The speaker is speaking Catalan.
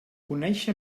conéixer